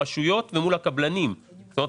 רואים, ובאמת בנפרד.